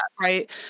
right